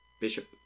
Bishop